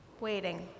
waiting